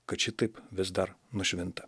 kad šitaip vis dar nušvinta